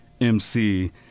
MC